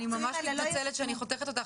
אני ממש מתנצלת שאני חותכת אותך,